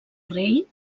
rei